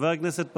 חבר הכנסת פסל,